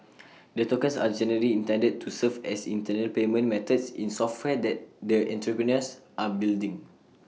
the tokens are generally intended to serve as internal payment methods in software that the entrepreneurs are building